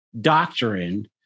doctrine